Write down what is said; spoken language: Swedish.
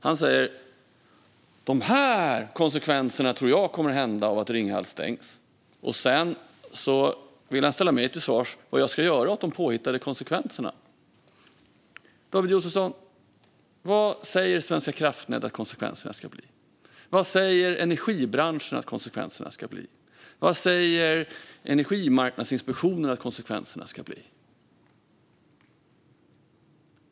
Han tror att det kommer att bli vissa konsekvenser av att Ringhals stängs och vill ställa mig till svars angående vad jag ska göra åt de påhittade konsekvenserna. Vad säger Svenska kraftnät att konsekvenserna ska bli? Vad säger energibranschen att konsekvenserna ska bli? Vad säger Energimarknadsinspektionen att konsekvenserna ska bli?